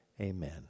Amen